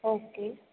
okay